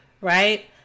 Right